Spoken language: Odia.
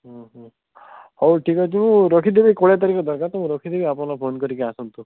ଉଁ ହୁଁ ହଉ ଠିକ୍ ଅଛି ମୁଁ ରଖିଦେବି କୋଡ଼ିଏ ତାରିଖ ଦରକାର ତ ମୁଁ ରଖିଦେବି ଆପଣ ଫୋନ୍ କରିକି ଆସନ୍ତୁ